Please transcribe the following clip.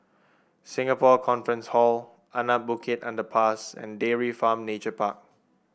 Singapore Conference Hall Anak Bukit Underpass and Dairy Farm Nature Park